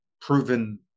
proven